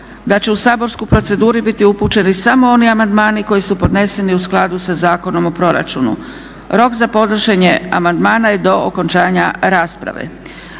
da će u saborsku proceduru biti upućeni samo oni amandmani koji su podneseni u skladu sa Zakonom o proračunu. Rok za podnošenje amandmana je do okončanja rasprave.